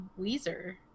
Weezer